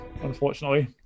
unfortunately